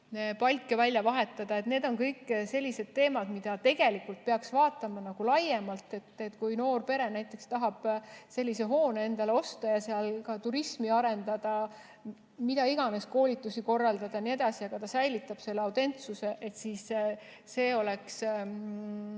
palke välja vahetada. Need on kõik sellised teemad, mida tegelikult peaks vaatama laiemalt. Kui noor pere näiteks tahab sellise hoone endale osta ja seal turismi arendada, mida iganes, koolitusi korraldada jne, aga ta säilitab selle autentsuse, siis see oleks